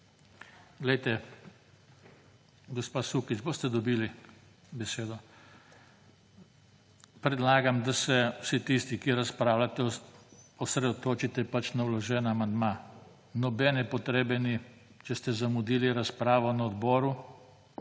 lepa. Gospa Sukič, boste dobili besedo. Predlagam, da se vsi tisti, ki razpravljate, osredotočite na vloženi amandma. Nobene potrebe ni, če ste zamudili razpravo na odboru.